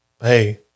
hey